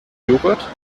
joghurt